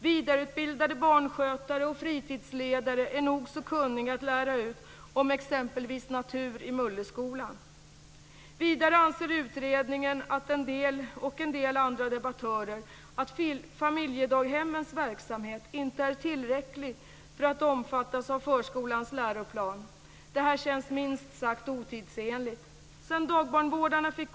Vidareutbildade barnskötare och fritidsledare är nog så kunniga att lära ut om exempelvis natur i mulleskolan. Vidare anser utredningen och en del andra debattörer att familjedaghemmens verksamhet inte är tillräcklig för att omfattas av förskolans läroplan. Detta känns minst sagt otidsenligt.